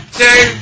two